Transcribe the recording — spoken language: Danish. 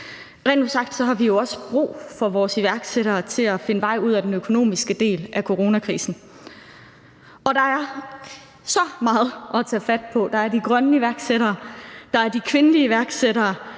Rent ud sagt har vi jo også brug for vores iværksættere til at finde vej ud af den økonomiske del af coronakrisen. Der er så meget at tage fat på. Der er de grønne iværksættere. Der er de kvindelige iværksættere.